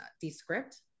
Descript